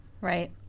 Right